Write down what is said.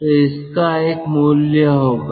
तो इसका एक मूल्य होगा